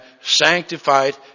sanctified